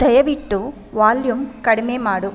ದಯವಿಟ್ಟು ವಾಲ್ಯೂಮ್ ಕಡಿಮೆ ಮಾಡು